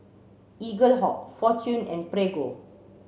Eaglehawk Fortune and Prego